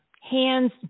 hands